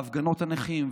והפגנות נכים.